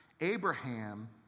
Abraham